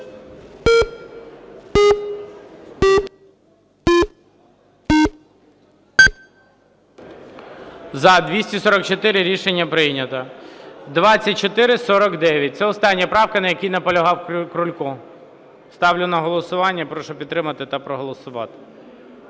За-244 Рішення прийнято. 2449. Це остання правка, на якій наполягав Крулько. Ставлю на голосування. Прошу підтримати та проголосувати.